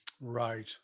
Right